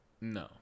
No